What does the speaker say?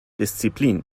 disziplin